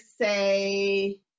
say